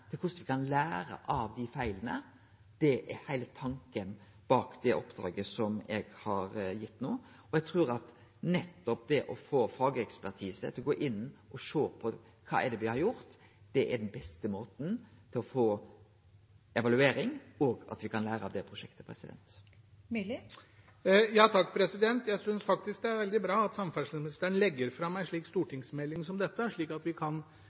korleis me kan lære av feila, er heile tanken bak oppdraget som eg har gitt no. Eg trur at det å få fagekspertise til å gå inn og sjå kva me har gjort, er den beste måten å få ei evaluering og å lære av prosjektet på. Jeg synes det er veldig bra at samferdselsministeren legger fram en stortingsmelding som dette, slik at vi kan